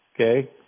okay